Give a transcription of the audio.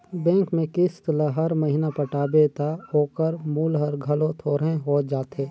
bank में किस्त ल हर महिना पटाबे ता ओकर मूल हर घलो थोरहें होत जाथे